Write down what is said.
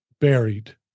buried